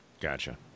Gotcha